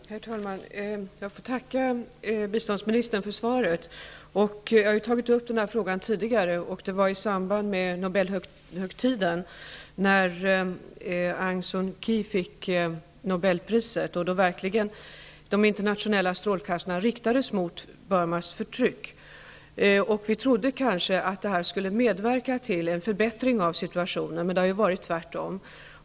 Herr talman! Jag tackar biståndsministern för svaret. Jag har tagit upp den här frågan tidigare i samband med Nobelhögtiden, när Aung San Suu Kyi fick Nobelpriset och de internationella strålkastarna verkligen riktades mot Burmas förtryck. Vi trodde kanske att detta skulle medverka till en förbättring av situationen, men det har ju varit tvärtom.